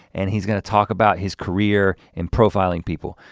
and he's gonna talk about his career in profiling people.